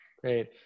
Great